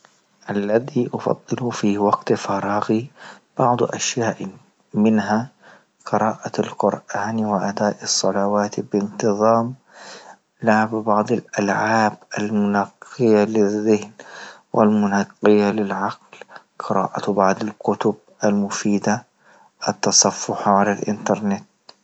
الذي أفضله في وقت فراغي بعض أشياء منها، قراءة القرآن وأداء الصلوات بانتظام، لعب بعض الالعاب المنقية للذهن والمنقية للعقل، قراءة بعض الكتب المفيدة، التصفح على الانترنت.